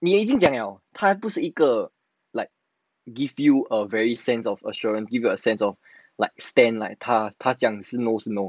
你已经讲 liao 他不是一个 like give you a very sense of assurance and give you a sense of like stand like 他他讲 no 是 no